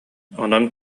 онон